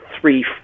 three